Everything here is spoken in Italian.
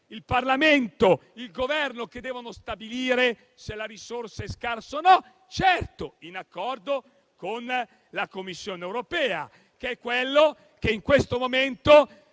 il Parlamento, il Governo - che deve stabilire se la risorsa è scarsa o no (certo, in accordo con la Commissione europea, che è quello che in questo momento